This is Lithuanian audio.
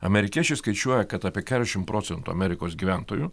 amerikiečiai skaičiuoja kad apie keturiasdešim procentų amerikos gyventojų